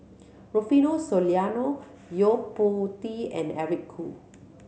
Rufino Soliano Yo Po Tee and Eric Khoo